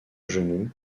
genou